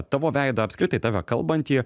tavo veidą apskritai tave kalbantį